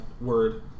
word